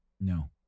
No